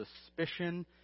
suspicion